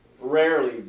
rarely